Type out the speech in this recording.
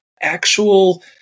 actual